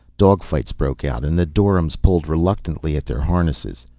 dogfights broke out and the doryms pulled reluctantly at their harnesses.